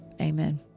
amen